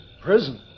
Prison